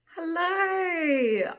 Hello